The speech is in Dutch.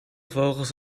vogels